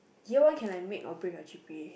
year one can I make break my g_p_a